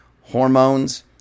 hormones